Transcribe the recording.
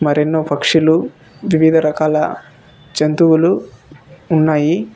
మరెన్నో పక్షులు వివిధ రకాల జంతువులు ఉన్నాయి